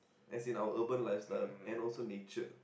as in our urban lifestyle and also nature